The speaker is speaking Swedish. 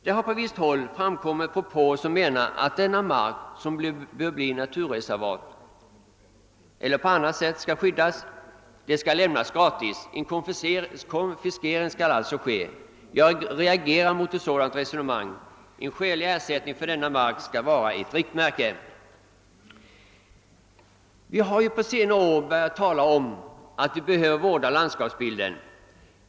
Det har på visst håll framkommit propåer om att den mark, som bör bli naturreservat eller som på annat sätt bör skyddas, skall överlämnas gratis till det allmänna; en konfiskering skulle alltså ske. Jag reagerar mot ett sådant resonemang. En skälig ersättning för denna mark bör vara riktmärket. Vi har på senare år börjat tala om att vi behöver vårda landskapsbilden.